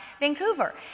Vancouver